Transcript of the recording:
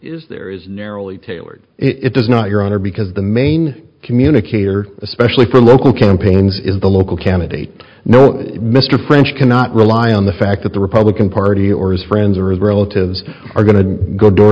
ere is narrowly tailored it does not your honor because the main communicator especially for local campaigns is the local candidate no mr french cannot rely on the fact that the republican party or his friends or relatives are going to go door